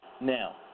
Now